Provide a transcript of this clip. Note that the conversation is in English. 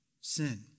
sin